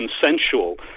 consensual